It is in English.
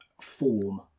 form